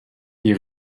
die